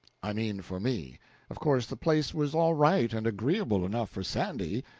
i mean, for me of course the place was all right and agreeable enough for sandy,